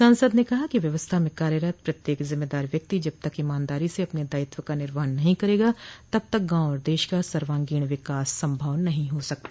सांसद ने कहा कि व्यवस्था में कार्यरत प्रत्येक जिम्मेदार व्यक्ति जब तक ईमानदारी से अपने दायित्व का निर्वहन नहीं करेगा तब तक गांव और देश का सर्वांगीण विकास संभव नहीं हो सकता